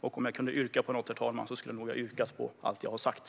Om jag kunde yrka bifall till något, herr talman, skulle det vara till allt som jag har sagt.